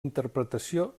interpretació